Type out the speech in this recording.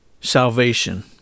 salvation